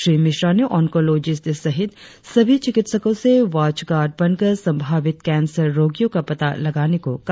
श्री मिश्रा ने ऑनकोलोजिस्ट सहित सभी चिकित्सकों से वाच गार्ड बनकर संभावित कैंसर रोगोयों का पता लगाने को कहा